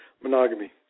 monogamy